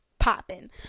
popping